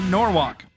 Norwalk